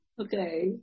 okay